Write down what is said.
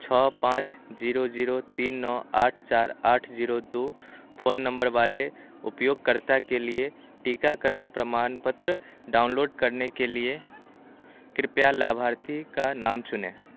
छः पाँच zero zero तीन नौ आठ चार आठ जीरो दो फ़ोन नम्बर वाले उपयोगकर्ता के लिए टीकाकरण प्रमाणपत्र डाउनलोड करने के लिए कृपया लाभार्थी का नाम चुनें